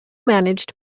managed